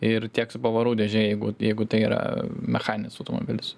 ir tiek su pavarų dėže jeigu jeigu tai yra mechaninis automobilis